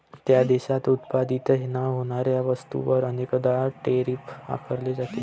त्या देशात उत्पादित न होणाऱ्या वस्तूंवर अनेकदा टैरिफ आकारले जाते